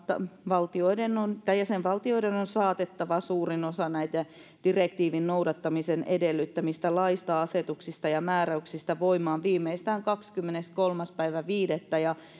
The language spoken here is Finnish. jäsenvaltioiden on saatettava suurin osa direktiivin noudattamisen edellyttämistä laeista asetuksista ja määräyksistä voimaan viimeistään kahdeskymmeneskolmas viidettä